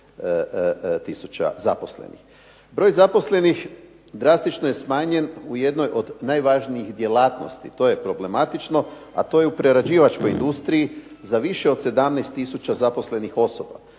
Broj zaposlenih drastično je smanjen u jednoj od najvažnijih djelatnosti, to je problematično a to je u prerađivačkoj industriji za više od 17 tisuća zaposlenih osoba,